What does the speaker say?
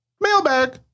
mailbag